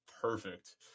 perfect